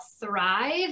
thrive